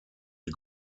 die